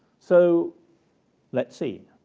so let's see.